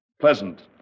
pleasant